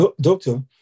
Doctor